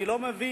אני לא מבין.